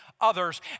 others